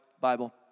Bible